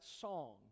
song